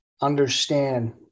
understand